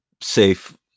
safe